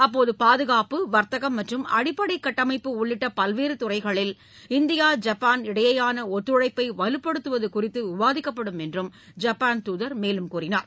அப்போது பாதகாப்பு வர்த்தகம் மற்றும் அடிப்படை கட்டமைப்பு உள்ளிட்ட பல்வேறு துறைகளில் இந்தியா ஜப்பான் இடையேயான ஒத்துழைப்பை வலுப்படுத்துவது குறித்து விவாதிக்கப்படும் என்றும் ஐப்பான் தூதர் தெரிவித்தார்